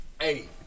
Hey